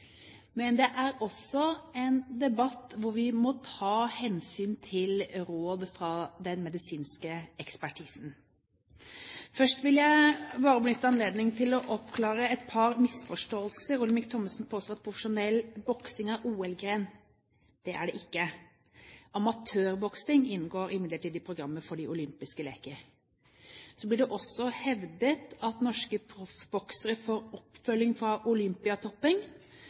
men det er også en debatt hvor vi må ta hensyn til råd fra den medisinske ekspertisen. Først vil jeg bare benytte anledningen til å oppklare et par misforståelser. Olemic Thommessen påstår at profesjonell boksing er OL-gren. Det er det ikke. Amatørboksing inngår imidlertid i programmet for de olympiske leker. Så blir det også hevdet at norske proffboksere får oppfølging fra